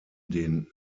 den